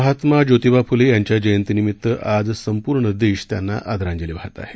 महात्मा ज्योतिबा फुले यांच्या जयंतीनिमित्त आज संपूर्ण देश त्यांना आदरांजली वाहत आहे